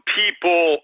people